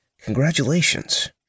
Congratulations